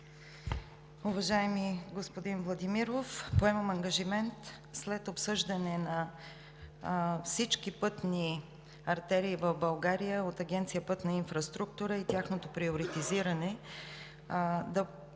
Уважаеми господин Владимиров, поемам ангажимент, след обсъждане на всички пътни артерии в България от Агенция „Пътна инфраструктура“ и тяхното приоритизиране, да обърна